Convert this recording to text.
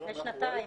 --- לפני שנתיים.